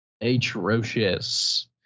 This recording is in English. Atrocious